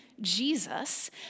Jesus